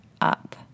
up